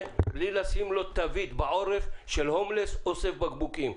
בלי לשים לו תוית בעורף של הומלס שאוסף בקבוקים,